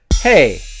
Hey